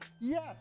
Yes